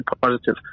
positive